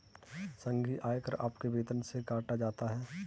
संघीय आयकर आपके वेतन से काटा जाता हैं